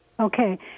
Okay